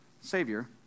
Savior